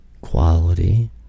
Quality